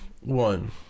one